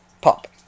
Pop